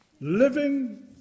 living